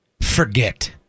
forget